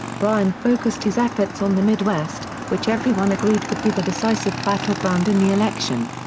bryan focused his efforts on the midwest, which everyone agreed would be the decisive battleground in the election.